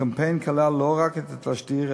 הקמפיין כלל לא רק את התשדיר,